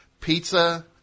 pizza